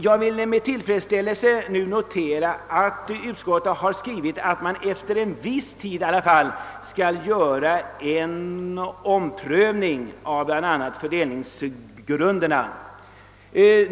Jag noterar med tillfredsställelse att utskottet skrivit, att man i alla fall efter en viss tid skall göra en omprövning av bl.a. fördelningsgrunderna.